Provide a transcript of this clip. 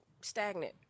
stagnant